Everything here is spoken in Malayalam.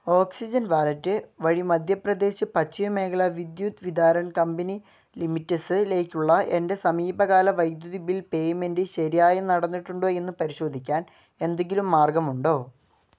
ഓക്സിജൻ വാലറ്റ് വഴി മധ്യപ്രദേശ് പശ്ചിമ മേഖല വിദ്യുത് വിതാരൺ കമ്പനി ലിമിറ്റഡിലേക്കുള്ള എൻ്റെ സമീപകാല വൈദ്യുതി ബിൽ പേയ്മെൻറ്റ് ശരിയായി നടന്നിട്ടുണ്ടോ എന്ന് പരിശോധിക്കാൻ എന്തെങ്കിലും മാർഗമുണ്ടോ